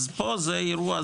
אז פה זה אירוע,